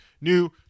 new